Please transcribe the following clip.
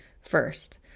first